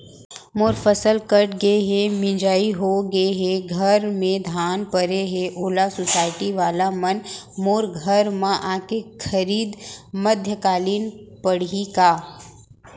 मोर फसल कट गे हे, मिंजाई हो गे हे, घर में धान परे हे, ओला सुसायटी वाला मन मोर घर म आके खरीद मध्यकालीन पड़ही का?